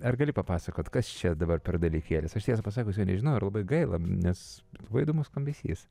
ar gali papasakot kas čia dabar per dalykėlis aš tiesą pasakius jo nežinau ar labai gaila nes labai įdomus skambesys